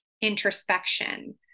introspection